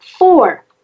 Four